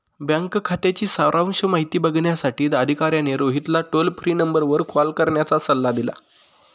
bank खात्याची सारांश माहिती बघण्यासाठी अधिकाऱ्याने रोहितला टोल फ्री नंबरवर कॉल करण्याचा सल्ला दिला